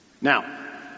Now